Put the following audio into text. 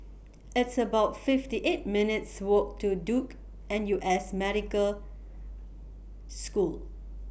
It's about fifty eight minutes' Walk to Duke N U S Medical School